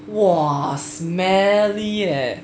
!wah! smelly leh